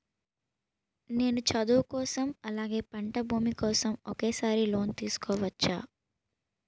నేను చదువు కోసం అలాగే పంట భూమి కోసం ఒకేసారి లోన్ తీసుకోవచ్చా?